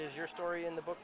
is your story in the book